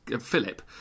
Philip